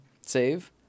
save